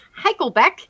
Heichelbeck